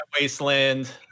Wasteland